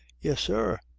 yes, sir.